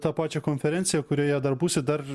tą pačią konferenciją kurioje dar būsi dar